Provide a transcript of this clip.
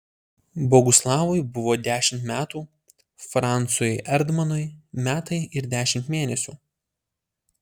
boguslavui buvo dešimt metų francui erdmanui metai ir dešimt mėnesių